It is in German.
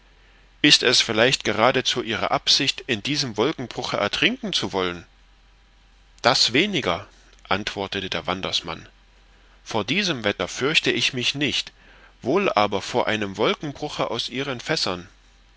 ist es vielleicht geradezu ihre absicht in diesem wolkenbruche ertrinken zu wollen das weniger antwortete der wandersmann vor diesem wetter fürchte ich mich nicht wohl aber vor einem wolkenbruche aus ihren fässern